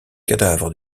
cadavres